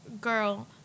girl